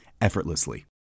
effortlessly